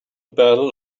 battle